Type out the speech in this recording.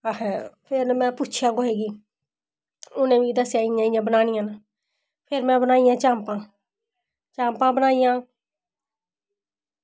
फिर में पुच्छेआ कुसै गी उनें दस्सेआ की इ'यां इ'यां बनानियां न फिर में बनाइयां चाम्पां चाम्पां बनाइयां